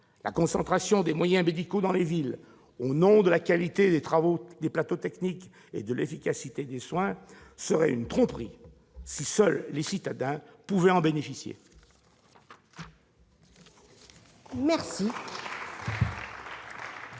La concentration des moyens médicaux dans les villes, au nom de la qualité des plateaux techniques et de l'efficacité des soins, serait une tromperie si seuls les citadins pouvaient en bénéficier.